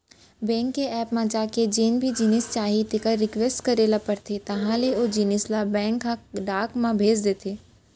bank के app म जाके जेन भी जिनिस चाही तेकर रिक्वेस्ट करे ल परथे तहॉं ले ओ जिनिस ल बेंक ह डाक म भेज देथे